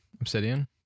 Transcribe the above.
Obsidian